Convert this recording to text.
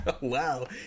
Wow